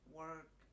work